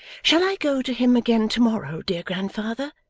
shall i go to him again to-morrow, dear grandfather?